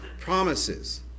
promises